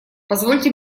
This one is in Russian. позвольте